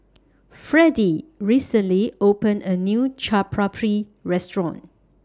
Fredie recently opened A New Chaat Papri Restaurant